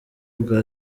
bwa